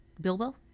Bilbo